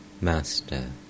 Master